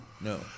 no